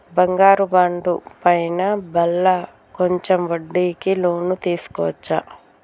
బంగారు బాండు పైన మళ్ళా కొంచెం వడ్డీకి లోన్ తీసుకోవచ్చా?